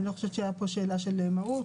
אני לא חושבת שהייתה פה שאלה של מהות,